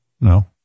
No